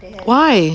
why